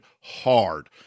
hard